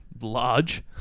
Large